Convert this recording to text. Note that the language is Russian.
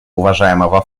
уважаемого